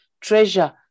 Treasure